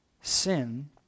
Sin